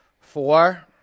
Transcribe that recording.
Four